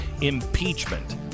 impeachment